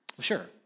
sure